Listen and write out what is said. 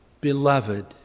beloved